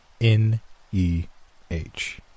N-E-H